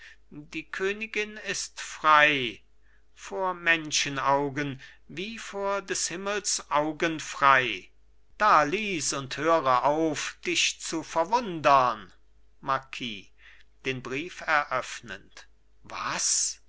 die königin ist frei vor menschenaugen wie vor des himmels augen frei da lies und höre auf dich zu verwundern marquis den brief eröffnend was